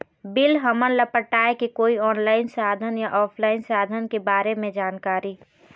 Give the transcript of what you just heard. Bill हमन ला पटाए के कोई ऑनलाइन साधन या ऑफलाइन साधन के बारे मे जानकारी?